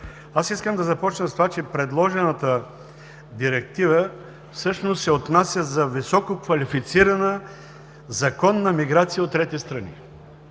Аз искам да започна с това, че предложената директива всъщност се отнася за висококвалифицирана законна миграция от трети страни.